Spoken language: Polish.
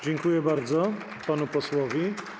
Dziękuję bardzo panu posłowi.